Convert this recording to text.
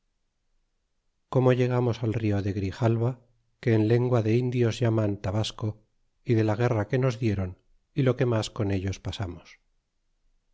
como llegamos al rio de grijalva que en lengua de indios llaman tabasco y de la guerra que nos dieron y lo que mas con ellos pasamos